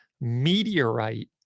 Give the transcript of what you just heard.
meteorite